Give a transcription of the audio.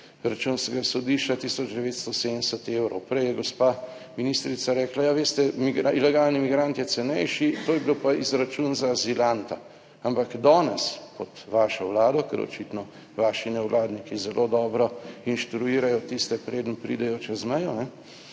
Računskega sodišča tisoč 970 evrov. Prej je gospa ministrica rekla, a veste, ilegalni migrant je cenejši, to je bilo pa izračun za azilanta. Ampak danes pod vašo Vlado, ker očitno vaši nevladniki zelo dobro inštruirajo tiste, preden pridejo čez mejo, da